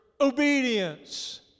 obedience